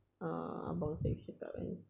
uh abang seth cakap kan